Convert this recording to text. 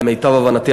למיטב הבנתי,